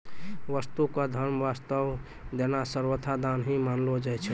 वस्तु क धर्म वास्तअ देना सर्वथा दान ही मानलो जाय छै